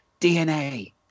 DNA